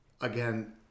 again